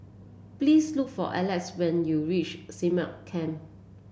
please look for Alec when you reach Stagmont Camp